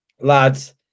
lads